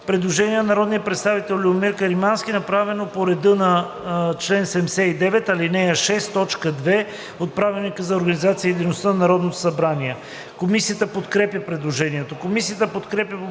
Предложение на народния представител Любомир Каримански, направено по реда на чл. 79, ал. 6, т. 2 от Правилника за организацията и дейността на Народното събрание. Комисията подкрепя предложението. Комисията подкрепя